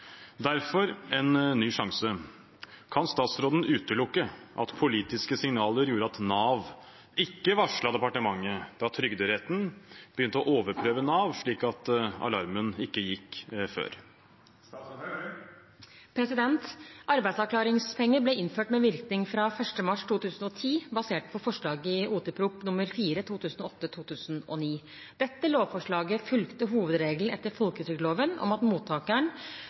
Derfor en ny sjanse: Kan statsråden utelukke at politiske signaler gjorde at Nav ikke varslet departementet da Trygderetten begynte å overprøve Nav, slik at alarmen ikke gikk før?» Arbeidsavklaringspenger ble innført med virkning fra 1. mars 2010, basert på forslaget i Ot.prp. nr. 4 for 2008–2009. Dette lovforslaget fulgte hovedregelen etter folketrygdloven om at mottakeren